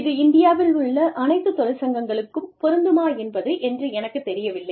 இது இந்தியாவில் உள்ள அனைத்து தொழிற்சங்கங்களுக்கும் பொருந்துமா என்பது என்று எனக்குத் தெரியவில்லை